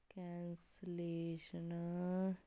cancellation